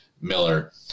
Miller